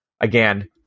Again